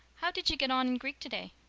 how did you get on in greek today?